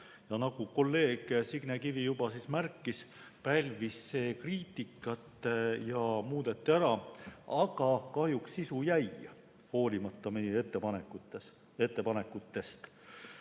Nagu kolleeg Signe Kivi juba märkis, pälvis see kriitikat ja muudeti ära, aga kahjuks sisu jäi, hoolimata meie ettepanekutest.